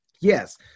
yes